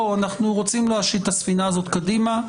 אנחנו רוצים להשיט את הספינה הזאת קדימה.